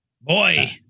boy